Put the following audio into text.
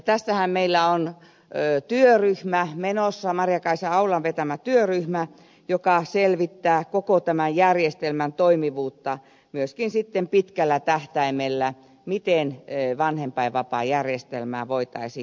tässähän meillä on menossa maria kaisa aulan vetämä työryhmä joka selvittää koko tämän järjestelmän toimivuutta myöskin pitkällä tähtäimellä miten vanhempainvapaajärjestelmää voitaisiin jatkossa kehittää